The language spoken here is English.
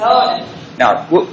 Now